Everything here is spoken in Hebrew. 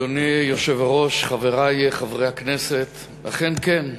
אדוני היושב-ראש, חברי חברי הכנסת, אכן כן,